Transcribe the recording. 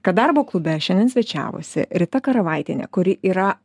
kad darbo klube šiandien svečiavosi rita karavaitienė kuri yra